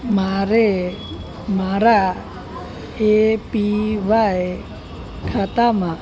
મારે મારા A P Y ખાતામાં